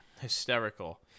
hysterical